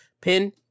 pin